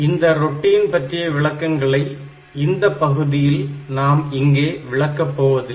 இந்த ரொட்டீன் பற்றிய விளக்கங்களை இந்தப் பகுதியில் நாம் இங்கே விளக்க போவதில்லை